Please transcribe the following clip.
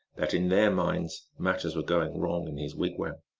that in their minds matters were going wrong in his wigwam.